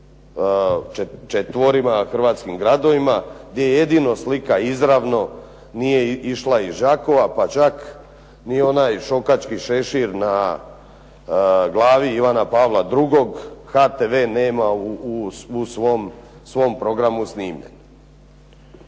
četvorima hrvatskim gradovima, gdje je jedino slika izravno nije išla iz Đakova, pa čak ni onaj šokački šešir na glavi Ivana Pavla II, HTV nema u svom programu snimljen.